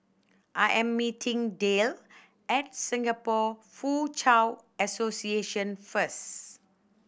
I am meeting Dale at Singapore Foochow Association first